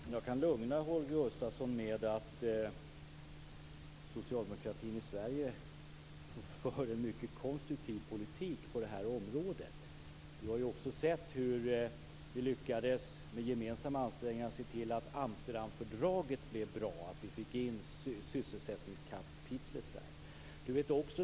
Fru talman! Jag kan lugna Holger Gustafsson med att socialdemokratin i Sverige för en mycket konstruktiv politik på detta område. Holger Gustafsson har också sett hur vi med gemensamma ansträngningar lyckades se till att Amsterdamfördraget blev bra och att vi fick in sysselsättningskapitlet där.